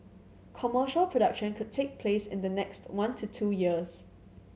commercial production could take place in the next one to two years